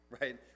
Right